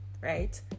right